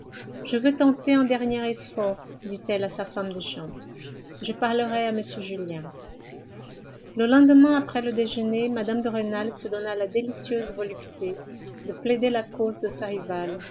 je veux tenter un dernier effort dit-elle à sa femme de chambre je parlerai à m julien le lendemain après le déjeuner mme de rênal se donna la délicieuse volupté de plaider la cause de sa